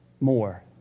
more